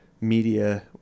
media